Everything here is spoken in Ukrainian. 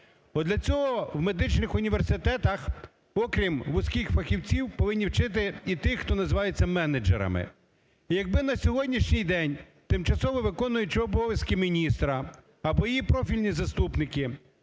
для цього в медичних університетах, окрім вузьких фахівців, повинні вчити і тих, хто називається "менеджерами". І якби на сьогоднішній день тимчасово виконуючий обов'язки міністра або її профільні заступники